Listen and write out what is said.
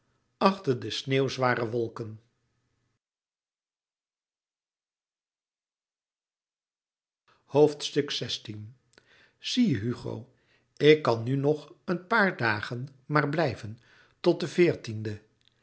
achter de sneeuwzware wolken zie je hugo ik kan nu nog een paar dagen maar blijven tot den veertiende